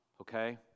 okay